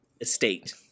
estate